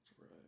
Right